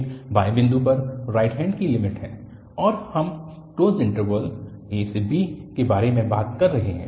एक बाएं बिंदु पर राइट हैन्ड की लिमिट है क्योंकि हम क्लोज्ड इन्टरवल ab के बारे में बात कर रहे हैं